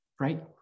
right